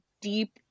deep